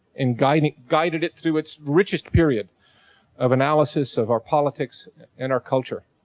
and guided guided it through its richest period of analysis of our politics and our culture.